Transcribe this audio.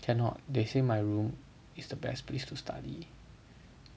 cannot they say my room is the best place to study